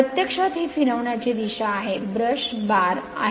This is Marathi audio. प्रत्यक्षात हे फिरविण्याची दिशा आहे ब्रश बार आहे